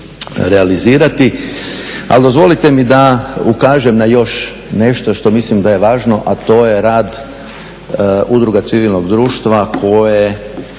realizirati. Ali dozvolite mi da ukažem na još nešto što mislim da je važno a to je rad udruga civilnog društva koje